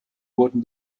wurden